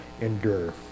endure